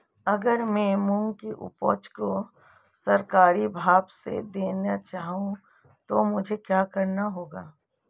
अगर मैं मूंग की उपज को सरकारी भाव से देना चाहूँ तो मुझे क्या करना होगा?